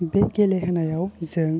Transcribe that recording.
बे गेले होनायाव जों